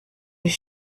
his